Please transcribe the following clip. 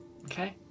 Okay